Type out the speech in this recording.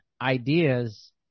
ideas